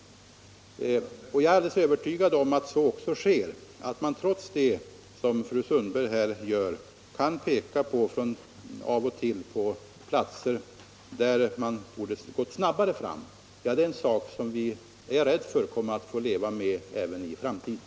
Jag är alldeles övertygad om att så också sker, men att vi trots det - som fru Sundberg gör — kan peka på platser där man borde ha gått snabbare fram, det är en sak som jag är rädd för att vi kommer att få leva med även i framtiden.